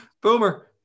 Boomer